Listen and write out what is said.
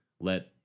let